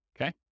Okay